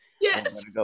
yes